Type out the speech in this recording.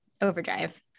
OverDrive